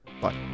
Bye